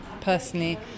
personally